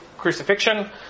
Crucifixion